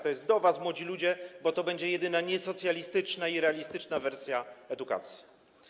To jest do was, młodzi ludzie, bo to będzie jedyna niesocjalistyczna i realistyczna wersja edukacji.